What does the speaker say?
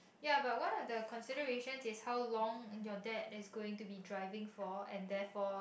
ya but one of the consideration is how long your dad is going to be driving for and therefor